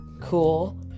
cool